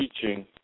teaching